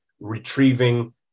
retrieving